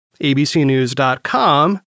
abcnews.com